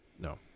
No